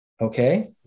okay